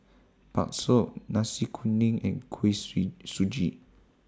Bakso Nasi Kuning and Kuih Sui Suji